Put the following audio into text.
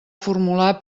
formular